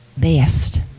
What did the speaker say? best